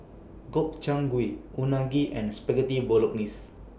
Gobchang Gui Unagi and Spaghetti Bolognese